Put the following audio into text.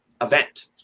event